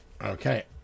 Okay